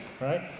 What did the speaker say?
right